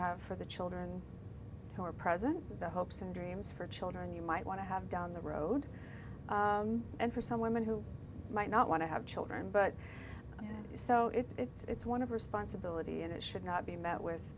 have for the children who are present the hopes and dreams for children you might want to have down the road and for some women who might not want to have children but so it's one of responsibility and it should not be met with